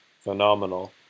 phenomenal